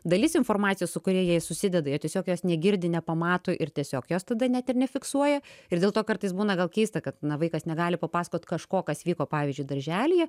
dalis informacijos su kuria jie susideda jie tiesiog jos negirdi nepamato ir tiesiog jos tada net ir nefiksuoja ir dėl to kartais būna gal keista kad vaikas negali papasakot kažko kas vyko pavyzdžiui darželyje